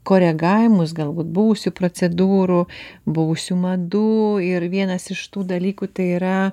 koregavimus galbūt buvusių procedūrų buvusių madų ir vienas iš tų dalykų tai yra